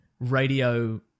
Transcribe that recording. Radio